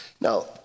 Now